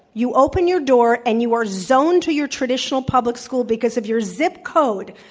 you open your door and you are zoned to your traditional public school because of your zip code?